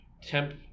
temp